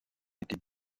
était